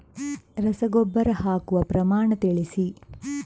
ರಸಗೊಬ್ಬರ ಹಾಕುವ ಪ್ರಮಾಣ ತಿಳಿಸಿ